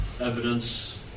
evidence